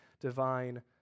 divine